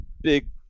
big